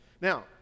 Now